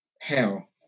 hell